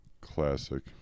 Classic